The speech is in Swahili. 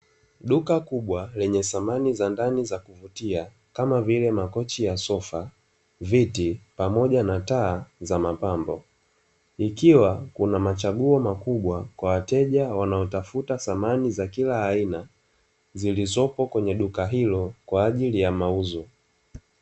Duka kubwa lenye samani za ndani za kuvutia kama vile: makochi ya sofa, viti pamoja na taa za mapambo, ikiwa kuna machaguo makubwa kwa wateja wanaotafuta samani za kila aina zilizopo kwenye duka hilo kwa ajili ya mauzo.